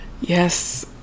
Yes